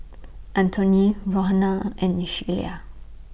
Antoine Rohana and Sheyla